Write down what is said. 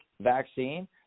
vaccine